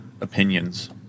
opinions